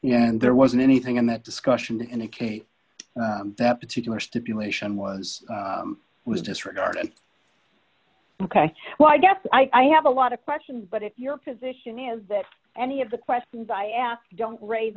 and there wasn't anything in that discussion to indicate that particular stipulation was was disregarded ok well i guess i have a lot of questions but if your position is that any of the questions i asked don't raise